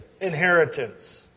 inheritance